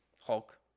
Hulk